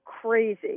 crazy